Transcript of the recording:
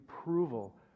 approval